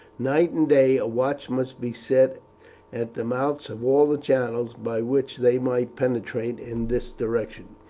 night and day a watch must be set at the mouths of all the channels by which they might penetrate in this direction.